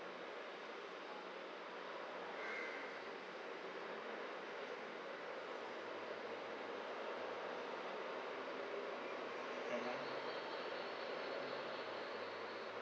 mmhmm